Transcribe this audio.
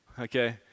okay